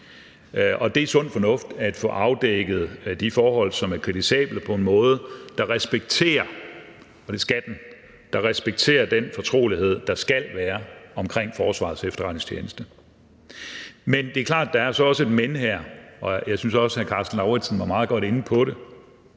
Det er sund fornuft at få afdækket de forhold, som er kritisable, på en måde, der respekterer – for det skal den – den fortrolighed, der skal være omkring Forsvarets Efterretningstjeneste. Men det er klart, at der også er et men her, og jeg synes også, at hr. Karsten Lauritzen var meget godt inde på det.